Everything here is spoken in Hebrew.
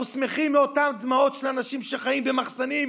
אנחנו שמחים מאותן דמעות של האנשים שחיים במחסנים,